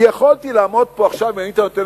כי יכולתי לעמוד פה עכשיו אם היית נותן